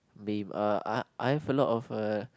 meme uh I have a lot of err